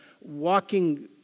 walking